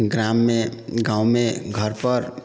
ग्राममे गाँवमे घरपर